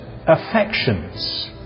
affections